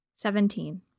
Seventeen